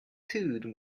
food